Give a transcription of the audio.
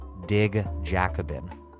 digjacobin